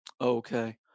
Okay